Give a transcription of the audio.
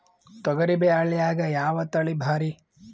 ತೊಗರಿ ಬ್ಯಾಳ್ಯಾಗ ಯಾವ ತಳಿ ಭಾರಿ?